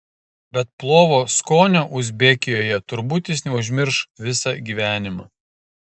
bet plovo skonio uzbekijoje turbūt jis neužmirš visą gyvenimą